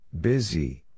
Busy